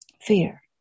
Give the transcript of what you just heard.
fear